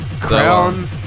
Crown